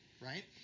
right